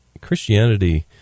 Christianity